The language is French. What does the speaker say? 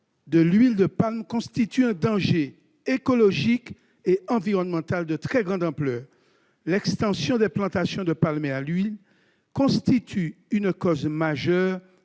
de l'huile de palme constitue un danger écologique et environnemental de très grande ampleur. L'extension des plantations de palmiers à huile est une cause majeure